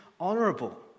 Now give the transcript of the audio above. honourable